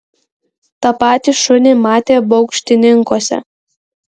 tą patį šunį matė baukštininkuose